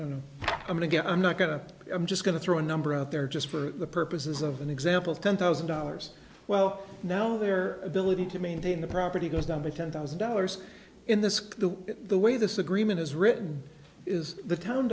you know i mean again i'm not going to i'm just going to throw a number out there just for the purposes of an example ten thousand dollars well now their ability to maintain the property goes down by ten thousand dollars in this case the the way this agreement is written is the town